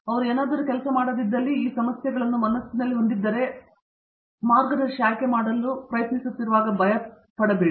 ಆದ್ದರಿಂದ ಏನಾದರೂ ಕೆಲಸ ಮಾಡದಿದ್ದಲ್ಲಿ ನೀವು ಈ ಸಮಸ್ಯೆಗಳನ್ನು ಮನಸ್ಸಿನಲ್ಲಿ ಹೊಂದಿದ್ದರೆ ಮಾರ್ಗದರ್ಶಿ ಆಯ್ಕೆ ಮಾಡಲು ನೀವು ಪ್ರಯತ್ನಿಸುತ್ತಿರುವುದಾದರೆ ಭಯಪಡಬೇಡ